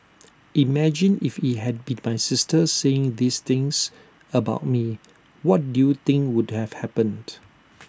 imagine if IT had been my sister saying these things about me what do you think would have happened